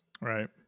Right